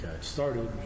started